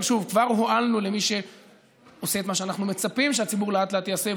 אבל כבר הועלנו למי שעושה את מה שאנחנו מצפים שהציבור לאט-לאט יעשה,